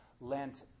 Lent